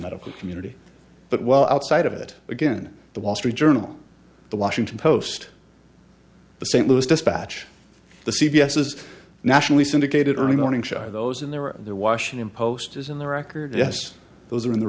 medical community but well outside of it again the wall street journal the washington post the st louis dispatch the c b s is nationally syndicated early morning show are those in there are the washington post is in the record yes those are in the